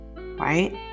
right